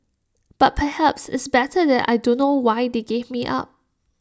but perhaps it's better that I don't know why they gave me up